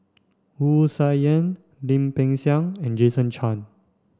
Wu Tsai Yen Lim Peng Siang and Jason Chan